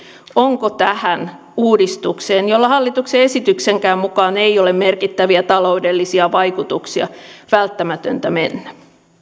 onko tähän uudistukseen jolla hallituksen esityksenkään mukaan ei ole merkittäviä taloudellisia vaikutuksia välttämätöntä mennä